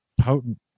potent